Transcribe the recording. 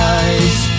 eyes